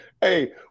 Hey